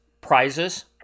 prizes